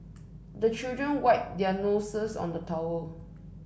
the children wipe their noses on the towel